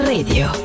Radio